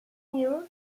new